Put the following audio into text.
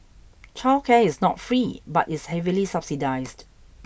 childcare is not free but is heavily subsidised